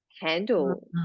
handle